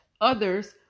others